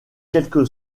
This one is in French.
quelque